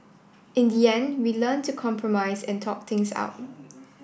in the end we learnt to compromise and talk things out